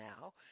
now